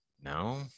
no